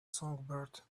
songbird